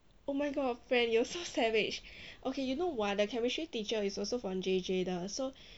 oh my god friend you so savage okay you know what the chemistry teacher is also from J_J 的 so